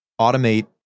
automate